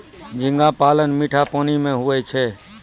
झींगा पालन मीठा पानी मे होय छै